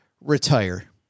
retire